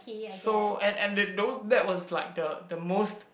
so and and the those that was like the the most